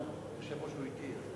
היושב-ראש אתי.